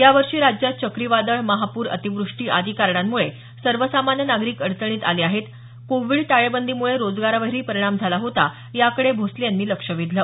या वर्षी राज्यात चक्रीवादळ महापूर अतिवृष्टी आदी कारणांमुळे सर्वसामान्य नागरिक अडचणीत आले आहेत कोविड टाळेबंदीमुळे रोजगारावरही परिणाम झाला होता याकडे भोसले यांनी लक्ष वेधलं